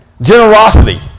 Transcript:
Generosity